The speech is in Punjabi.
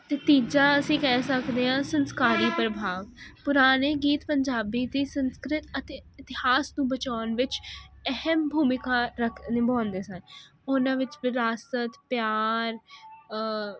ਤੇ ਤੀਜਾ ਅਸੀਂ ਕਹਿ ਸਕਦੇ ਆਂ ਸੰਸਕਾਰੀ ਪ੍ਰਭਾਵ ਪੁਰਾਨੇ ਗੀਤ ਪੰਜਾਬੀ ਦੇ ਸੰਸਕ੍ਰਿਤ ਅਤੇ ਇਤਿਹਾਸ ਨੂੰ ਬਚਾਉਣ ਵਿੱਚ ਅਹਿਮ ਭੂਮਿਕਾ ਰਖ ਨਿਭਾਉਂਦੇ ਸਨ ਉਨ੍ਹਾਂ ਵਿੱਚ ਵਿਰਾਸਤ ਪਿਆਰ